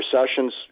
Recessions